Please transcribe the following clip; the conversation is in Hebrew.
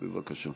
בבקשה.